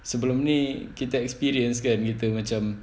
sebelum ni kita experience kan kita macam